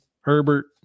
Herbert